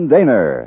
Daner